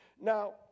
Now